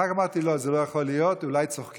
אחר כך אמרתי: לא, זה לא יכול להיות, אולי צוחקים.